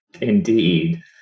Indeed